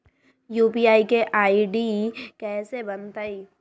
UPI के ID कैसे बनतई?